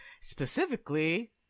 specifically